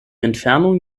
entfernung